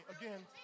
again